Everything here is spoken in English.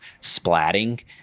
splatting